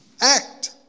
act